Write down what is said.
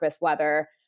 leather